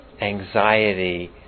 anxiety